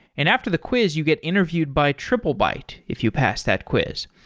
and after the quiz you get interviewed by triplebyte if you pass that quiz.